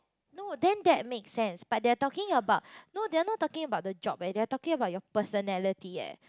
no then that makes sense but they are talking about no they are not talking about the job eh they are talking about your personality eh